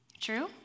True